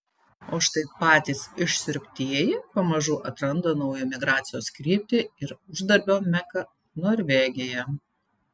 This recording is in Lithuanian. o štai patys išsiurbtieji pamažu atranda naują migracijos kryptį ir uždarbio meką norvegiją